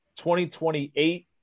2028